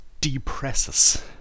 depresses